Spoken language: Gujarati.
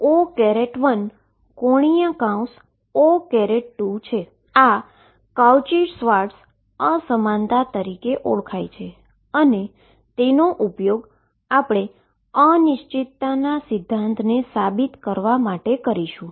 આ કાઉચી શ્વાર્ટઝ અનીક્વાલીટી તરીકે ઓળખાય છે અને તેનો ઉપયોગ આપણે અનસર્ટેનીટી પ્રિન્સીપલને સાબિત કરવા માટે કરીશું